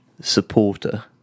supporter